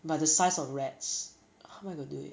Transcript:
but the size of rats how am I gonna do it